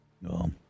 No